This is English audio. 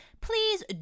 please